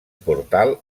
portal